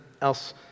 else